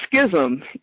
schism